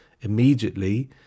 immediately